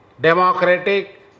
democratic